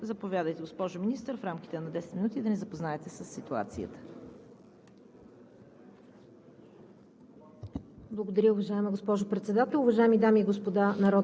Продължаваме с министър Теменужка Петкова. Заповядайте, госпожо Министър, в рамките на 10 минути да ни запознаете със ситуацията.